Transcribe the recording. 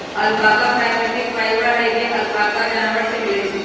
alpaca प्राकृतिक fibre हई जे अल्पाका जानवर से मिलय छइ